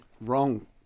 wrong